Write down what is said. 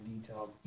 detail